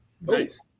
Nice